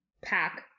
pack